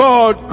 God